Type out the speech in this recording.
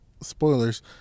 Spoilers